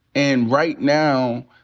and right now,